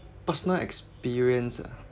personal experience ah